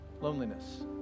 loneliness